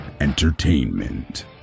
entertainment